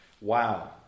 Wow